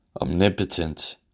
omnipotent